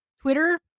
Twitter